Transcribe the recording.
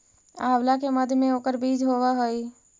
आंवला के मध्य में ओकर बीज होवअ हई